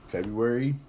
February